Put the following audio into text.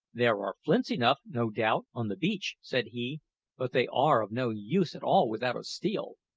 there are flints enough, no doubt, on the beach, said he but they are of no use at all without a steel.